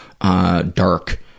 dark